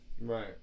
right